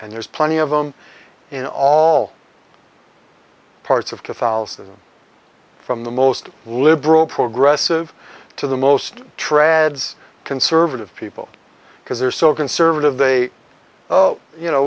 and there's plenty of them in all parts of catholicism from the most liberal progressive to the most trads conservative people because they're so conservative they you know